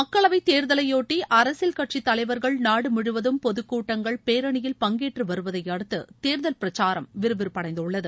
மக்களவை தேர்தலையொட்டி அரசியல் கட்சித் தலைவர்கள் நாடு முழுவதும் பொதுக்கூட்டங்கள் பேரணியில் பங்கேற்று வருவதையடுத்து தேர்தல் பிரச்சாரம் விறுவிறுப்படைந்துள்ளது